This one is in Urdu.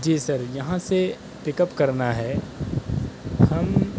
جی سر یہاں سے پک اپ کرنا ہے ہم